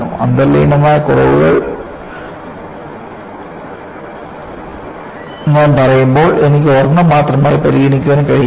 അന്തർലീനമായ കുറവുകൾ ഞാൻ പറയുമ്പോൾ എനിക്ക് ഒരെണ്ണം മാത്രമായി പരിഗണിക്കാൻ കഴിയില്ല